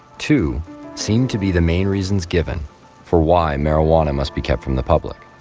two seem to be the main reasons given for why marijuana must be kept from the public.